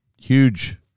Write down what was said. huge